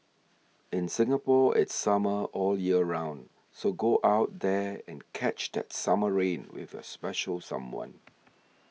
in Singapore it's summer all year round so go out there and catch that summer rain with your special someone